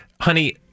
Honey